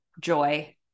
joy